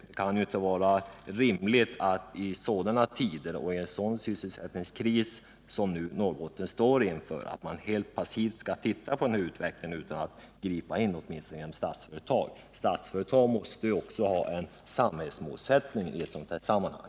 Det kan inte vara rimligt i sådana tider och med en sådan sysselsättningskris som Norrbotten befinner sig i, att man helt passivt skall titta på utvecklingen utan att ingripa, inte ens genom Statsföretag. Statsföretag måste också ha en samhällsmålsättning i ett sådant här sammanhang.